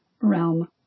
realm